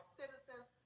citizens